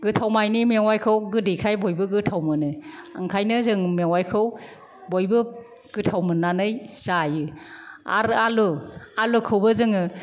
गोथाव मानि मेवाइखौ गोदैखाय बयबो गोथाव मोनो ओंखायनो जों मेवाइखौ बयबो गोथाव मोन्नानै जायो आरो आलु आलुखौबो जोङो